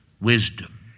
wisdom